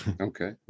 Okay